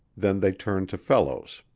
then they turned to fellows.